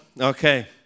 Okay